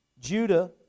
Judah